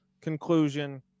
conclusion